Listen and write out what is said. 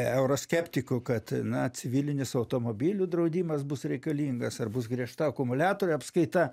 euroskeptikų kad na civilinis automobilių draudimas bus reikalingas ar bus griežta akumuliatorių apskaita